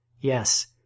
Yes